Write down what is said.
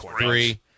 Three